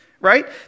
Right